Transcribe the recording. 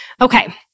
Okay